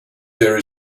there